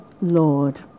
Lord